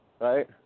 right